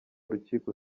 rukiko